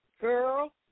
Girl